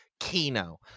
Kino